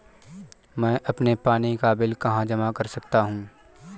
मैं अपने पानी का बिल कहाँ जमा कर सकता हूँ?